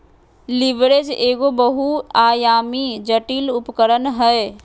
leverage एगो बहुआयामी, जटिल उपकरण हय